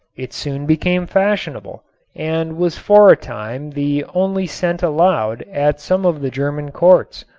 it soon became fashionable and was for a time the only scent allowed at some of the german courts.